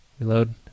Reload